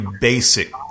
basic